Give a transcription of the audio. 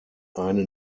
eine